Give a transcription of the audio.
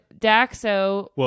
Daxo